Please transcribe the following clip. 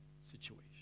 situation